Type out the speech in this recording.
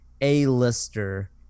A-lister